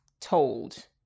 told